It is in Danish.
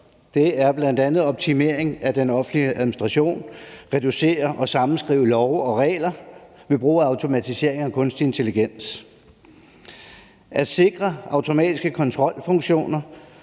Det er bl.a. en optimering af den offentlige administration, at reducere og sammenskrive love og regler ved brug af automatisering og kunstig intelligens og at sikre automatiske kontrolfunktioner,